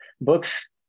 books